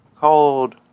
called